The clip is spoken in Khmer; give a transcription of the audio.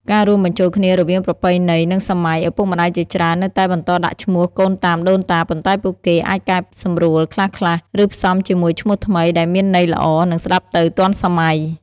ការរួមបញ្ចូលគ្នារវាងប្រពៃណី និងសម័យ ឪពុកម្តាយជាច្រើននៅតែបន្តដាក់ឈ្មោះកូនតាមដូនតា ប៉ុន្តែពួកគេអាចកែសម្រួលខ្លះៗ ឬផ្សំជាមួយឈ្មោះថ្មីដែលមានន័យល្អ និងស្តាប់ទៅទាន់សម័យ។។